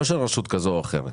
אני לא שואל על רשות כזו או אחרת.